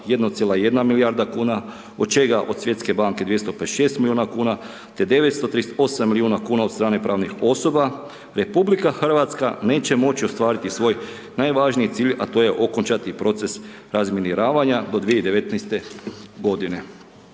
1,1 milijarda kuna od čega od Svjetske banke 256 milijuna kuna te 938 milijuna kuna od strane pravnih osoba, RH neće moći ostvariti svoj najvažniji cilj a to je okončati proces razminiravanja do 2019. g.